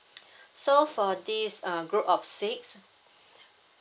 so for this uh group of six